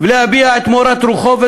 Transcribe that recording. ולהביע את מורת רוחו.